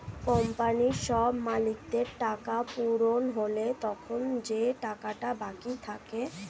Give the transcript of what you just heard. কোম্পানির সব মালিকদের টাকা পূরণ হলে তখন যে টাকাটা বাকি থাকে